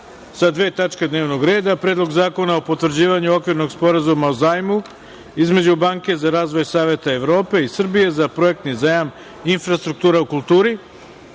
sa dve tačke dnevnog reda: Predlog zakona o potvrđivanju Okvirnog sporazuma o zajmu između Banke za razvoj Saveta Evrope i Srbije za projektni zajam – infrastruktura u kulturi